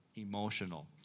emotional